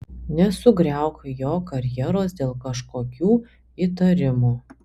nesugriauk jo karjeros dėl kažkokių įtarimų